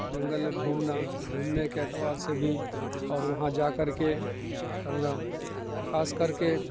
جنگل گھومنا گھومنے کے اعتبار سے بھی اور وہاں جا کر کے کرنا خاص کر کے